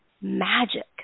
magic